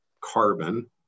carbon